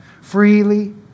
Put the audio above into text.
Freely